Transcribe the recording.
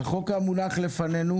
החוק המונח בפנינו